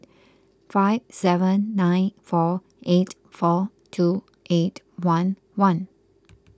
five seven nine four eight four two eight one one